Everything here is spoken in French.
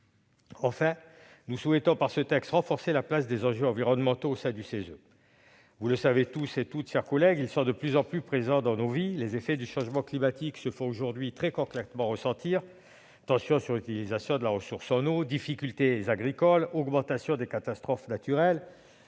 Enfin, nous souhaitons par ce texte renforcer la place des enjeux environnementaux au sein du CESE. Vous le savez toutes et tous, mes chers collègues, ces enjeux sont de plus en plus présents dans nos vies. Les effets du changement climatique se font très concrètement ressentir aujourd'hui : tensions sur l'utilisation de la ressource en eau, difficultés agricoles, augmentation du nombre et de